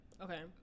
Okay